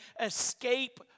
escape